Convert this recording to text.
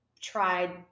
tried